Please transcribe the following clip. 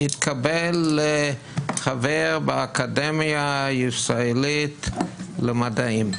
התקבל לחבר באקדמיה הישראלית למדעים,